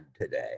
today